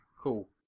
cool